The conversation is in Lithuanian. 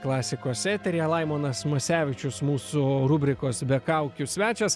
klasikos eteryje laimonas masevičius mūsų rubrikos be kaukių svečias